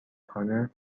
خانه